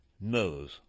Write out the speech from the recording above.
knows